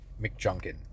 McJunkin